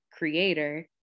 creator